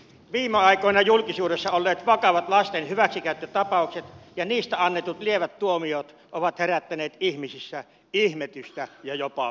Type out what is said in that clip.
viime aikoina julkisuudessa olleet vakavat lasten hyväksikäyttötapaukset ja niistä annetut lievät tuomiot ovat herättäneet ihmisissä ihmetystä ja jopa vihaa